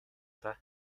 даа